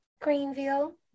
Greenville